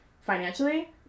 financially